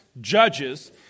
judges